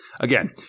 Again